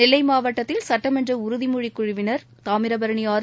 நெல்லைமாவட்டத்தில் சுட்டமன்றஉறுதிமொழிக் குழுவினா் தாமிரபரணி ஆறு